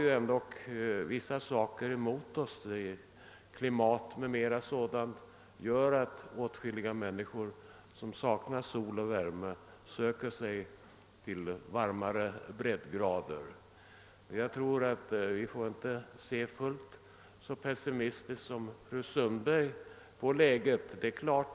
Vårt land har dock vissa saker mot sig; klimatet t.ex. gör att åtskilliga människor som saknar sol och värme söker sig till varmare breddgrader. Men fullt så pessimistiskt som fru Sundberg gjorde behöver vi inte se på läget.